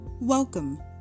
Welcome